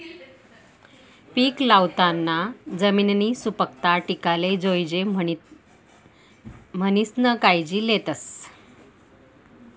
पीक लावाना जमिननी सुपीकता टिकाले जोयजे म्हणीसन कायजी लेतस